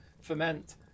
ferment